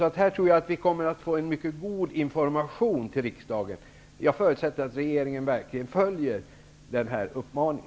Jag tror att riksdagen kommer att få en mycket god information. Jag förutsätter att regeringen verkligen följer denna uppmaning.